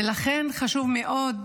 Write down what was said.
ולכן חשוב מאוד,